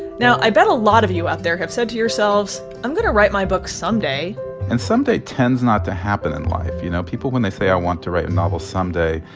now, i bet a lot of you out there have said to yourselves, i'm going to write my book someday and someday tends not to happen in life. you know, people, when they say, i want to write a novel someday,